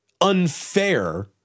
unfair